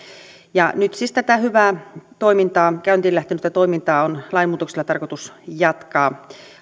nyt siis tätä hyvää toimintaa käyntiin lähtenyttä toimintaa on lainmuutoksella tarkoitus jatkaa